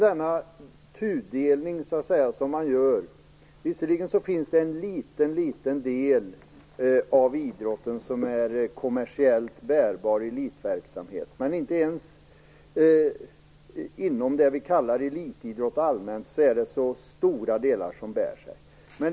Denna tudelning som man gör - visserligen finns det en liten del av idrotten som är kommersiellt bärande, elitverksamheten, men inte ens inom det vi allmänt kallar elitidrott är det särskilt stora delar som bär sig.